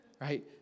right